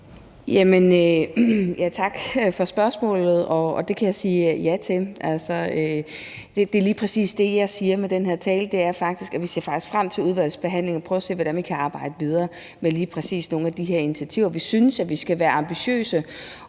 Tak for spørgsmålet. Og det kan jeg sige ja til. Det, jeg lige præcis siger med den her tale, er, at vi faktisk ser frem til udvalgsbehandlingen, hvor vi kan prøve at se, hvordan vi kan arbejde videre med lige præcis nogle af de her initiativer. Vi synes, at vi skal være ambitiøse,